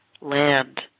land